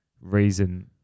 reason